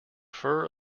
fur